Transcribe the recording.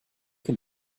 can